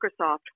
Microsoft